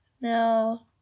No